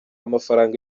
mafaranga